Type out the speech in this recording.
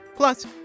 Plus